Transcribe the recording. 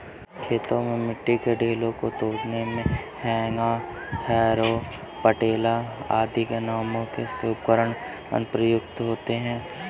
खेतों में मिट्टी के ढेलों को तोड़ने मे हेंगा, हैरो, पटेला आदि नामों से एक उपकरण प्रयुक्त होता है